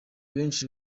benshi